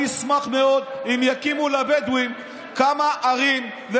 אני אשמח מאוד אם יקימו לבדואים כמה ערים.